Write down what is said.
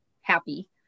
happy